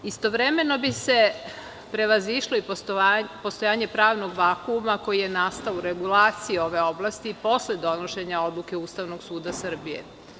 Istovremeno bi se prevazišlo postojanje pravnog vakuma koji je nastao u regulaciji ove oblasti posle donošenje odluke Ustavnog suda Srbije.